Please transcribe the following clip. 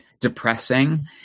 depressing